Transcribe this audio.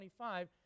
25